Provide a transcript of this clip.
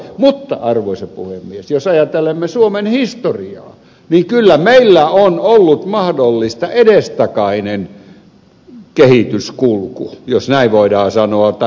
mutta arvoisa puhemies jos ajattelemme suomen historiaa niin kyllä meillä on ollut mahdollista edestakainen kehityskulku jos näin voidaan sanoa että heiluriliike